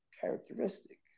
characteristic